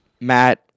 Matt